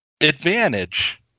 advantage